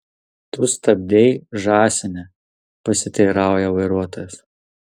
tu stabdei žąsine pasiteirauja vairuotojas